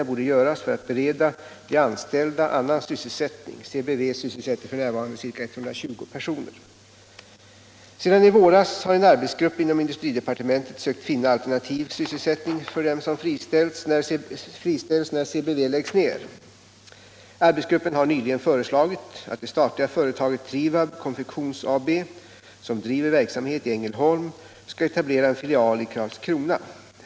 CBV sysselsätter f.n. ca 120 personer. Sedan i våras har en arbetsgrupp inom industridepartementet sökt finna alternativ sysselsättning för dem som friställs när CBV läggs ned. Arbetsgruppen har nyligen föreslagit att det statliga företaget Trivab konfektions AB, som driver verksamhet i Ängelholm, skall etablera en filial i Karlskrona.